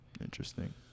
Interesting